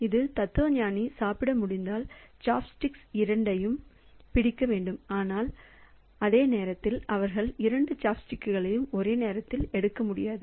இந்த தத்துவஞானி சாப்பிட முடிந்தால் சாப்ஸ்டிக்ஸ் இரண்டையும் பிடிக்க வேண்டும் ஆனால் அதே நேரத்தில் அவர்கள் இரண்டு சாப்ஸ்டிக்ஸ்களையும் ஒரே நேரத்தில் எடுக்க முடியாது